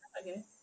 Okay